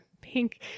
pink